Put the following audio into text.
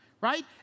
right